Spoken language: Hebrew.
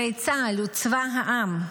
הרי צה"ל הוא צבא העם.